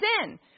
sin